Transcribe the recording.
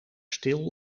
stil